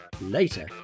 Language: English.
Later